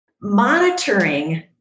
Monitoring